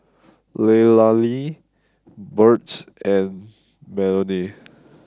Leilani Burt and Melonie